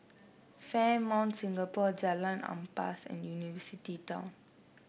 Fairmont Singapore Jalan Ampas and University Town